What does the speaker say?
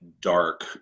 dark